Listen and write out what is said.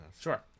Sure